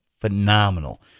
phenomenal